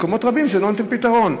ובמקומות רבים זה לא נותן פתרון.